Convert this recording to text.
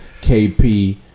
KP